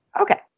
Okay